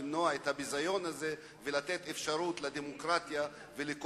למנוע את הביזיון הזה ולתת אפשרות לדמוקרטיה ולכל